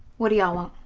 what do ya'll want?